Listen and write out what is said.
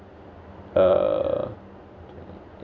uh